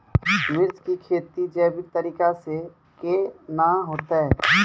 मिर्ची की खेती जैविक तरीका से के ना होते?